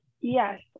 Yes